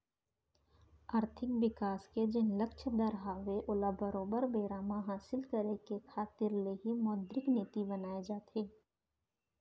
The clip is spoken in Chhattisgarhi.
आरथिक बिकास के जेन लक्छ दर हवय ओला बरोबर बेरा म हासिल करे के खातिर ले ही मौद्रिक नीति बनाए जाथे